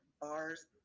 bars